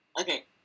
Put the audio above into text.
Okay